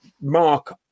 Mark